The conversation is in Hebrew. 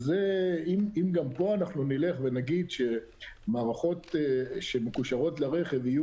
אם גם פה נגיד שמערכות שמקושרות לרכב יהיו